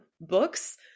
books